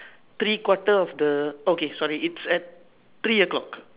three quarter of the okay sorry it's at three o-clock